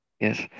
Yes